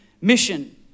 mission